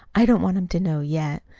i don't want him to know yet.